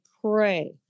pray